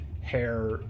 hair